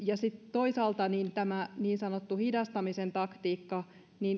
toisaalta tämä niin sanottu hidastamisen taktiikka